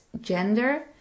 gender